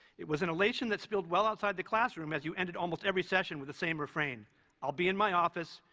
it was an elation that spilled well outside the classroom, as you ended almost every session with the same refrain i'll be in my office.